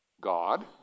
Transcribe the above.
God